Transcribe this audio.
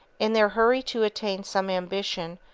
in their hurry to attain some ambition,